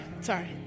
sorry